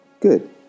good